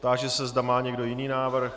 Táži se, zda má někdo jiný návrh.